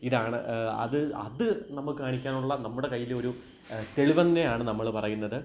ഇതാണ് അത് അത് നമ്മള് കാണിക്കാനുള്ള നമ്മുടെ കയ്യിലൊരു തെളിവുതന്നെയാണ് നമ്മള് പറയുന്നത്